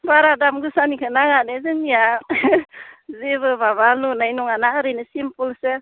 बारा दामगोसानिखो नाङा दे जोंनिया जेबो माबा लुनाय नङा ना ओरैनो सिफोलसो